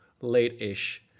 late-ish